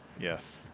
Yes